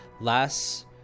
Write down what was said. last